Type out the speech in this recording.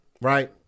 right